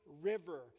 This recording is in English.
river